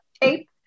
tape